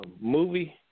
Movie